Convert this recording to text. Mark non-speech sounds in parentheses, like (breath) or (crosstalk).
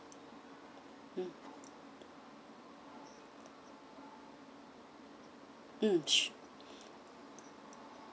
mm s~ (breath)